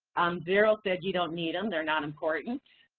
zero said you don't need them, they're not important.